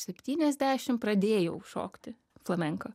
septyniasdešim pradėjau šokti flamenko